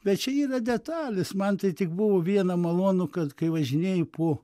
bet čia yra detalės man tai tik buvo viena malonu kad kai važinėji po